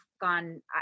gone